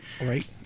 Right